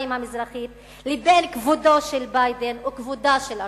המזרחית לבין כבודו של ביידן או כבודה של ארצות-הברית.